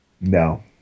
No